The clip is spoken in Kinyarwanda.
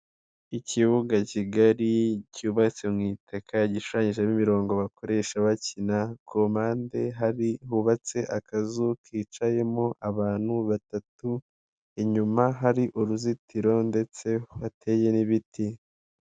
Ikibuga kigari cyubatswe mu itaka gishushanyijemo imirongo bakoresha bakina ku mpande hubatse akazu kicayemo abantu batatu, inyuma hari uruzitiro ndetse hateye n'ibiti.